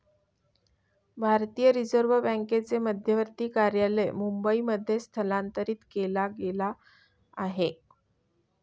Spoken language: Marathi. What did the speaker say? भारतीय रिझर्व बँकेचे मध्यवर्ती कार्यालय मुंबई मध्ये स्थलांतरित केला गेल आहे